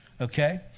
Okay